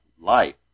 life